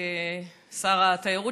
שר התיירות,